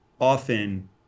often